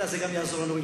אלא זה גם יעזור לנו,